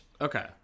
Okay